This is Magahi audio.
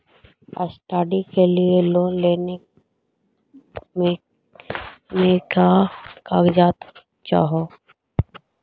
स्टडी के लिये लोन लेने मे का क्या कागजात चहोये?